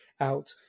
out